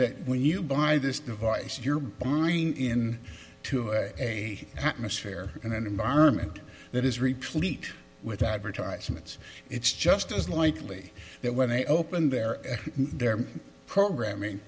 that when you buy this device you're buying in to a atmosphere in an environment that is replete with advertisements it's just as likely that when they opened their their programming